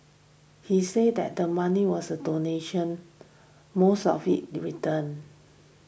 he said that the money was a donation most of it returned